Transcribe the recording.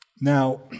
Now